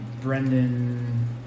Brendan